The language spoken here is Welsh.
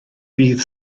bydd